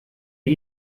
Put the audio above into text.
wir